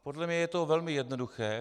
Podle mě je to velmi jednoduché.